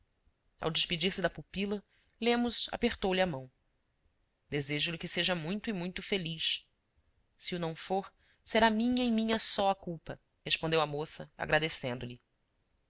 ao despedir-se da pupila lemos apertou-lhe a mão desejo lhe que seja muito e muito feliz se o não for será minha e minha só a culpa respondeu a moça agradecendo lhe